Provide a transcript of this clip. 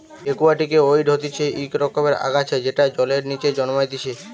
একুয়াটিকে ওয়িড হতিছে ইক রকমের আগাছা যেটা জলের নিচে জন্মাইতিছে